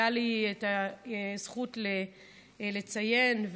הייתה לי הזכות לציין,